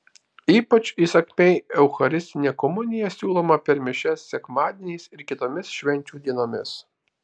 ypač įsakmiai eucharistinė komunija siūloma per mišias sekmadieniais ir kitomis švenčių dienomis